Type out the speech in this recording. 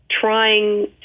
trying